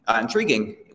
intriguing